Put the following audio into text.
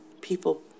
people